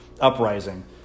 uprising